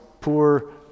poor